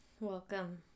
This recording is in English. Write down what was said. Welcome